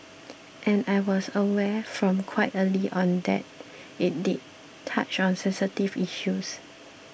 and I was aware from quite early on that it did touch on sensitive issues